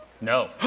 No